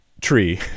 tree